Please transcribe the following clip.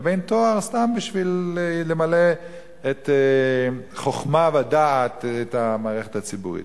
לבין תואר סתם בשביל למלא חוכמה ודעת את המערכת הציבורית.